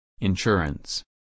Insurance